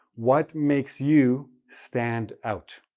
what makes you stand out?